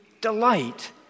delight